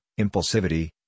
impulsivity